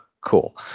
Cool